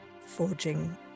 forging